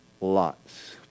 lots